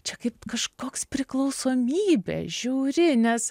čia kaip kažkoks priklausomybė žiūri nes